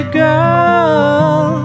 girl